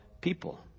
people